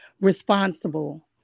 responsible